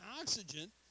oxygen